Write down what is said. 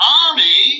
army